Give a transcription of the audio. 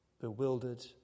bewildered